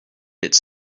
its